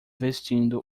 vestindo